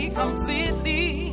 completely